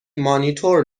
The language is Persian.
مانیتور